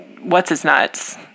what's-his-nuts